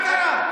מה קרה?